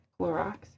Clorox